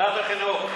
ועדת החינוך.